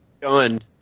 Done